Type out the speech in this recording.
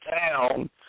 town